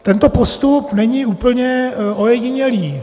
Tento postup není úplně ojedinělý.